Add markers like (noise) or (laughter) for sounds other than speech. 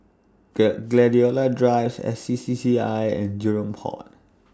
(unintelligible) Gladiola Drive S C C C I and Jurong Port